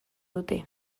dute